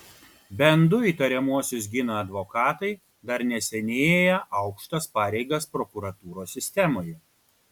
bent du įtariamuosius gina advokatai dar neseniai ėję aukštas pareigas prokuratūros sistemoje